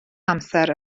amser